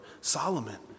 Solomon